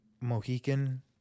Mohican